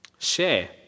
Share